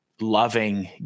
loving